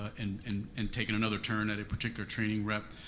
and and and taking another turn at a particular training rep,